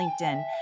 LinkedIn